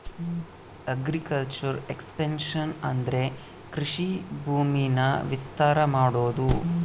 agriculture expansion ಅಂದ್ರೆ ಕೃಷಿ ಭೂಮಿನ ವಿಸ್ತಾರ ಮಾಡೋದು